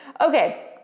Okay